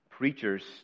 Preachers